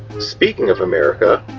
speaking of america,